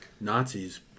Nazis